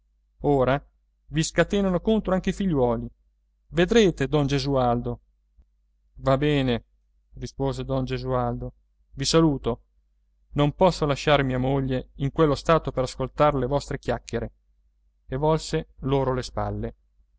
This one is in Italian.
ora vi scatenano contro anche i figliuoli vedrete don gesualdo va bene rispose don esualdo i saluto non posso lasciar mia moglie in quello stato per ascoltar le vostre chiacchiere e volse loro le spalle